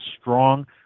strong